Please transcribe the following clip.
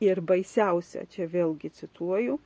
ir baisiausia čia vėlgi cituoju